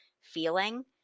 feeling